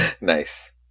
Nice